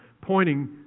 pointing